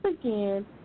again